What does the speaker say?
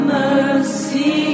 mercy